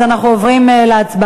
לא, אז אנחנו עוברים להצבעה.